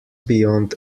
beyond